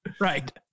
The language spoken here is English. Right